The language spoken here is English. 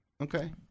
Okay